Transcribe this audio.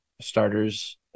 starters